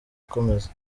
ikomeza